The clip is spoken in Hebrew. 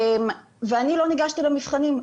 ואני לא ניגשתי למבחנים.